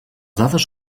dades